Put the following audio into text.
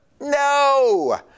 No